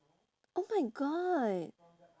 oh my god